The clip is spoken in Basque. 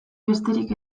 besterik